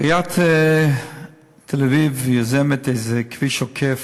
עיריית תל-אביב יוזמת איזה "כביש עוקף"